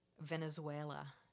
Venezuela